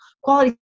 quality